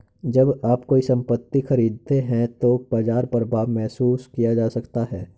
जब आप कोई संपत्ति खरीदते हैं तो बाजार प्रभाव महसूस किया जा सकता है